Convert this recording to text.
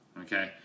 okay